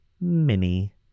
Mini